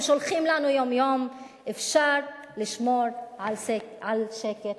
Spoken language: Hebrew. שולחים לנו יום-יום אפשר לשמור על שקט.